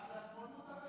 מה, רק לשמאל מותר לצעוק?